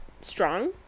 strong